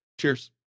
Cheers